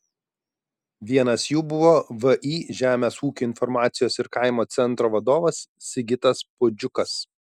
vienas jų buvo vį žemės ūkio informacijos ir kaimo centro vadovas sigitas puodžiukas